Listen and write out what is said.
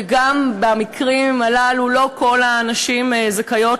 וגם במקרים הללו לא כל הנשים זכאיות